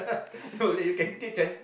no leh you can